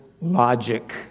logic